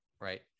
right